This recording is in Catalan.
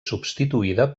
substituïda